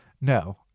No